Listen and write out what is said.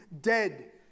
dead